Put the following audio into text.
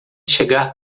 chegar